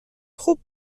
خوب